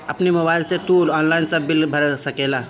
अपनी मोबाइल से तू ऑनलाइन सब बिल भर सकेला